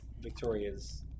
Victoria's